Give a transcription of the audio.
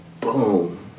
Boom